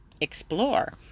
explore